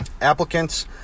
Applicants